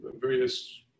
various